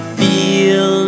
feel